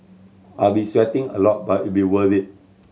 I'll be sweating a lot but it'll be worth it